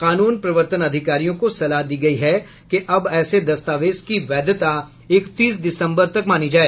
कानून प्रवर्तन अधिकारियों को सलाह दी गई कि अब ऐसे दस्तावेज की वैधता इकतीस दिसम्बर तक मानी जाए